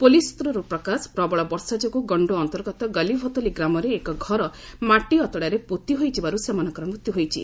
police ସୂତ୍ରରୁ ପ୍ରକାଶ ପ୍ରବଳ ବର୍ଷା ଯୋଗୁଁ ଗଣ୍ଡୋ ଅନ୍ତର୍ଗତ ଗଲି ଭତୋଲି ଗ୍ରାମରେ ଏକ ଘର ମାଟି ଅତଡ଼ାରେ ପୋତି ହୋଇଯିବାରୁ ସେମାନଙ୍କର ମୃତ୍ୟୁ ହୋଇଛି